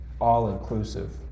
all-inclusive